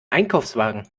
einkaufswagen